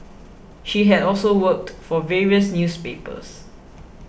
she had also worked for various newspapers